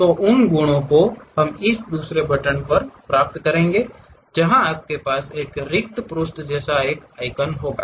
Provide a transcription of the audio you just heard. तो उन गुणों को हम इस दूसरे बटन पर प्राप्त करेंगे जहां आपके पास एक रिक्त पृष्ठ जैसा एक आइकन होगा